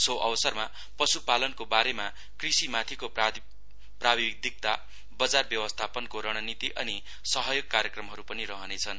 so अवसरमा पशुपालनको बारेमा कृषिमाथिको प्राविधिकता बजार व्यवस्थापनको रणनीति अनि सहयोग कार्यक्रमहरू पनि रहनेछन्